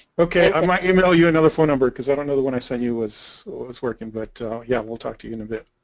ok i my email you another phone number because i don't know what i said you was was working but yeah we'll talk to you in a bit